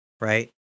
Right